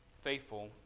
faithful